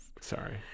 Sorry